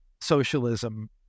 socialism